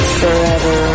forever